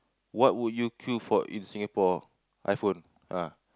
what would you queue for in Singapore iPhone ah